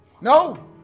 no